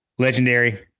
Legendary